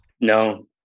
No